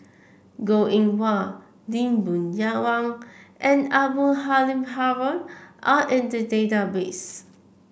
Goh Eng Wah Lee Boon Wang and Abdul Halim Haron are in the database